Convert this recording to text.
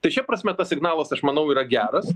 tai šia prasme tas signalas aš manau yra geras